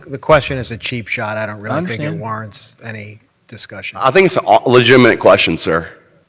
the question is a cheap shot. i don't um think it warrants any discussion. i think it's a um legitimate question, sir.